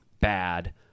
bad